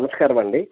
నమస్కారమం D